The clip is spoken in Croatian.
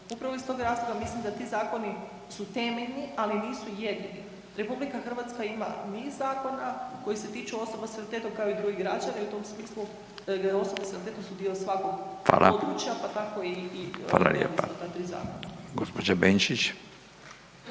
Upravo iz tog razloga mislim da ti zakoni su temeljni ali nisu jedini. RH ima niz zakona koji se tiču osoba sa invaliditetom kao i drugi građani i u tom smislu osobe sa invaliditetom su dio svakog područja pa tako i neovisno o ta tri